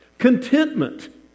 Contentment